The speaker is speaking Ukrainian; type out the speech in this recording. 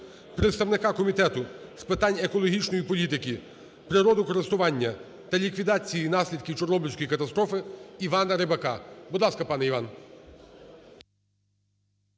представника Комітету з питань екологічної політики, природокористування та ліквідації наслідків Чорнобильської катастрофи Івана Рибака. Будь ласка, пане Іване.